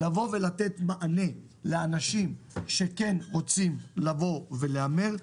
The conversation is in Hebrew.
לבוא ולתת מענה לאנשים שכן רוצים לבוא ולהמר,